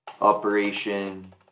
operation